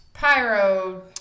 Pyro